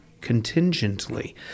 contingently